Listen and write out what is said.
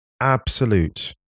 absolute